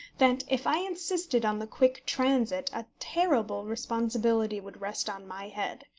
that, if i insisted on the quick transit, a terrible responsibility would rest on my head.